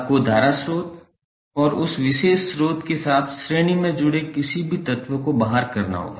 आपको धारा स्रोत और उस विशेष स्रोत के साथ श्रेणी में जुड़े किसी भी तत्व को बाहर करना होगा